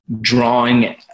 drawing